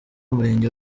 umurenge